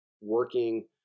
working